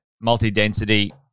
multi-density